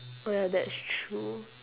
oh ya that's true